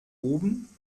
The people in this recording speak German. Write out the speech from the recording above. oben